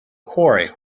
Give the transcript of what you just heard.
quarry